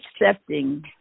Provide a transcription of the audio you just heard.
accepting